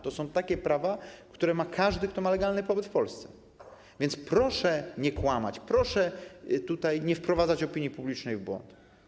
To są takie prawa, które ma każdy, kto ma legalny pobyt w Polsce, więc proszę nie kłamać, proszę nie wprowadzać opinii publicznej w błąd.